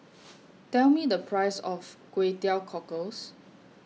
Tell Me The Price of Kway Teow Cockles